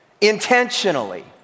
intentionally